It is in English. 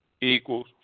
equals